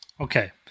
Okay